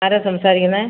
ആരാണ് സംസാരിക്കുന്നത്